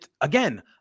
Again